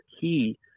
key